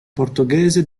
portoghese